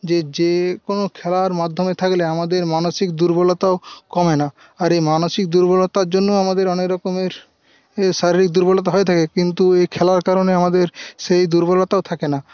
যে যে কোনো খেলার মাধ্যমে থাকলে আমাদের মানসিক দুর্বলতাও কমে না আর এই মানসিক দুর্বলতার জন্য আমাদের অনেক রকমের শারীরিক দুর্বলতা হয়ে থাকে কিন্তু এই খেলার কারণে আমাদের সেই দুর্বলতাও থাকে না